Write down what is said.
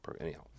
anyhow